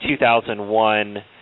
2001